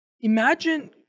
Imagine